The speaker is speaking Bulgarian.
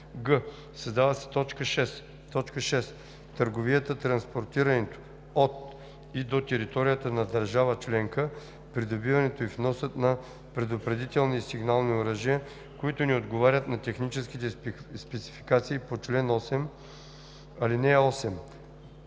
г) създава се т. 6: „6. търговията, транспортирането от и до територията на държава членка, придобиването и вносът на предупредителни и сигнални оръжия, които не отговарят на техническите спецификации по чл.